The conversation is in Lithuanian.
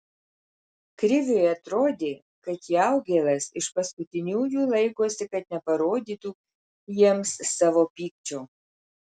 kriviui atrodė kad jaugėlas iš paskutiniųjų laikosi kad neparodytų jiems savo pykčio